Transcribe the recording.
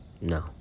No